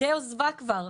די עזבה כבר.